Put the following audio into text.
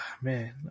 man